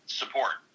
support